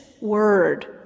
word